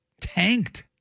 tanked